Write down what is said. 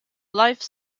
life